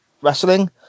Wrestling